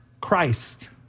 Christ